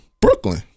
Brooklyn